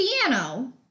piano